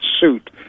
suit